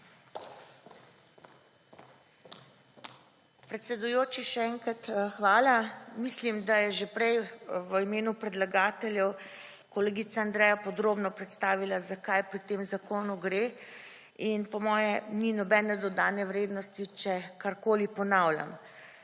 Predsedujoči, še enkrat hvala. Mislim, da je že prej v imenu predlagateljev kolegica Andreja podrobno predstavila, za kaj pri tem zakonu gre. In po moje ni nobene dodane vrednosti, če karkoli ponavljam.